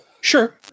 Sure